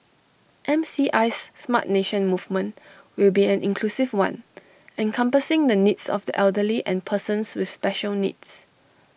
M C I's Smart Nation movement will be an inclusive one encompassing the needs of the elderly and persons with special needs